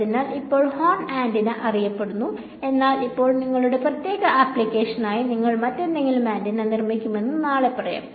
അതിനാൽ ഇപ്പോൾ horn antenna അറിയപ്പെടുന്നു എന്നാൽ ഇപ്പോൾ നിങ്ങളുടെ പ്രത്യേക ആപ്ലിക്കേഷനായി നിങ്ങൾ മറ്റെന്തെങ്കിലും ആന്റിന നിർമ്മിക്കുമെന്ന് നാളെ പറയാം